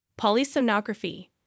polysomnography